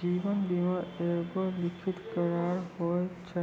जीवन बीमा एगो लिखित करार होय छै